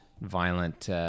violent